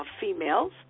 females